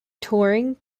turing